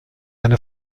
eine